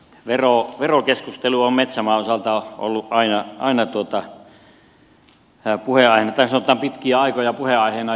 verokeskustelu on metsämaan osalta ollut aina puheenaiheena tai sanotaan pitkiä aikoja puheenaiheena